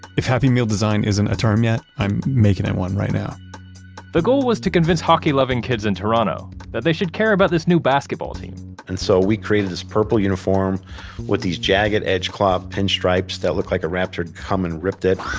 if happy meal design isn't a term yet, i'm making it one right now the goal was to convince hockey-loving kids in toronto that they should care about this new basketball team and so we created this purple uniform with these jagged edge claw pinstripes that look like a raptor had come and ripped it.